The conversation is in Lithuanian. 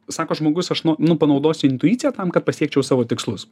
sako žmogus aš no nu panaudosiu intuiciją tam kad pasiekčiau savo tikslus